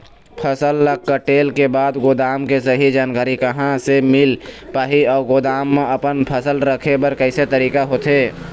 फसल ला कटेल के बाद गोदाम के सही जानकारी कहा ले मील पाही अउ गोदाम मा अपन फसल रखे बर कैसे तरीका होथे?